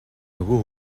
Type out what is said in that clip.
нөгөө